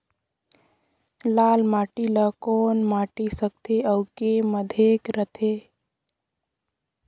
लाल माटी ला कौन माटी सकथे अउ के माधेक राथे?